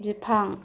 बिफां